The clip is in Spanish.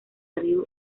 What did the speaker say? ryu